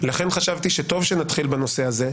ולכן חשבתי שטוב שנתחיל בנושא הזה,